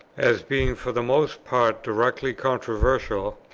as being for the most part directly controversial,